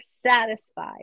satisfied